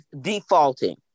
defaulting